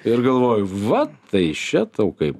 ir galvoju va tai še tau kaip